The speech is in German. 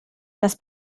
das